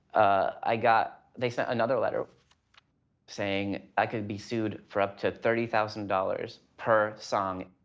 i got, they sent another letter saying, i could be sued for up to thirty thousand dollars per song,